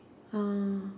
ah